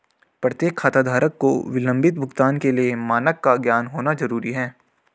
प्रत्येक खाताधारक को विलंबित भुगतान के लिए मानक का ज्ञान होना जरूरी है